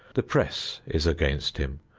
the press is against him.